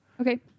okay